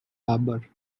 harbour